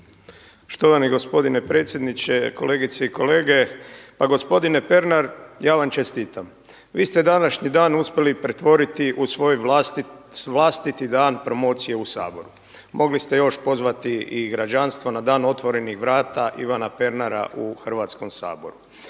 Štovani gospodine predsjedniče, kolegice i kolege. Pa gospodine Pernar ja vam čestitam. Vi ste današnji dan uspjeli pretvoriti u svoj vlastiti dan promocije u Saboru. mogli ste još pozvati i građanstvo na Dan otvorenih vrata Ivana Pernara u Hrvatskom saboru.